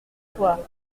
toi